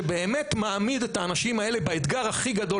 שבאמת מעמיד את האנשים האלה באתגר הכי גדול,